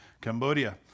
Cambodia